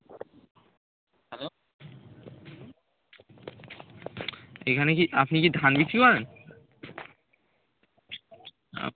এখানে কি আপনি কি ধান বিক্রি করেন